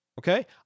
okay